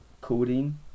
coding